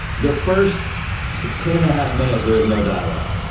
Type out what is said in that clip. the first ten and a half minutes there is no dialogue.